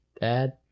Dad